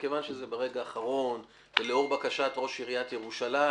כיוון שזה ברגע האחרון ולאור בקשת ראש עיריית ירושלים,